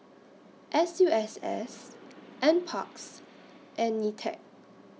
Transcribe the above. S U S S NParks and NITEC